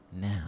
now